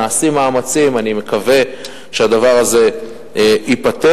נעשים מאמצים, אני מקווה שהדבר הזה ייפתר.